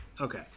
Okay